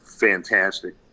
fantastic